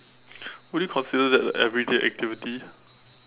will you consider that a everyday activity